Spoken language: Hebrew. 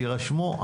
תירשמו,